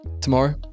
tomorrow